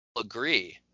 agree